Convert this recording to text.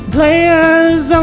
Players